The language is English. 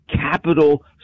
capital